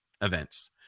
events